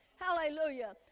hallelujah